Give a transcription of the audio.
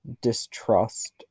distrust